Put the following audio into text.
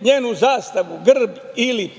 njenu zastavu, grb ili